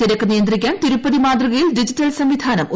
തിരക്ക് നിയന്ത്രിക്കാൻ തിരുപ്പതി മാതൃകയിൽ ഡിജിറ്റൽ സംവിധാനം ഒരുക്കും